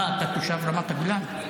אה, אתה תושב רמת הגולן?